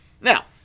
Now